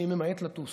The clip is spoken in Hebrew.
אני ממעט לטוס.